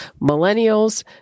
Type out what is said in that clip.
millennials